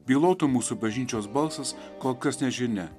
bylotų mūsų bažnyčios balsas kol kas nežinia